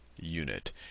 unit